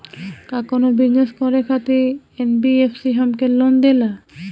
का कौनो बिजनस करे खातिर एन.बी.एफ.सी हमके लोन देला?